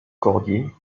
cordier